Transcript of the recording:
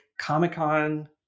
comic-con